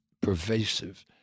pervasive